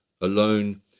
Alone